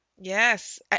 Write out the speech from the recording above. Yes